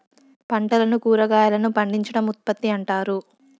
పంటలను కురాగాయలను పండించడం ఉత్పత్తి అంటారు